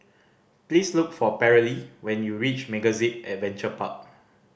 please look for Paralee when you reach MegaZip Adventure Park